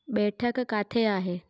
बैठकु किथे आहे